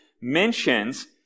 mentions